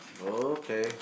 okay